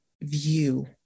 view